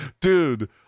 Dude